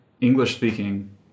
English-speaking